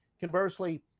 conversely